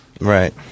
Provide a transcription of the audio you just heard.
right